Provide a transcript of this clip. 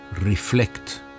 reflect